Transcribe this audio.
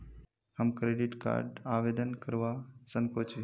हम credit card आवेदन करवा संकोची?